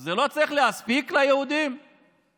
זה הפילוג הגדול ביותר שהיה ושיהיה בעם ישראל מאז ראשית היווצרותו לעם.